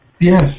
Yes